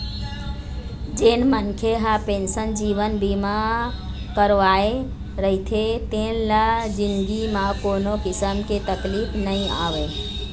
जेन मनखे ह पेंसन जीवन बीमा करवाए रहिथे तेन ल जिनगी म कोनो किसम के तकलीफ नइ आवय